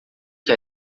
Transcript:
que